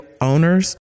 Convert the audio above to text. owners